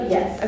Yes